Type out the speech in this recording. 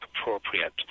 appropriate